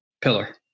Pillar